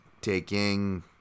Taking